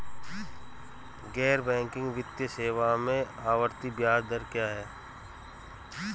गैर बैंकिंग वित्तीय सेवाओं में आवर्ती ब्याज दर क्या है?